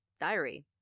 diary